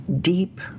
deep